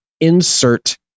insert